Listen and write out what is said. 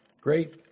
great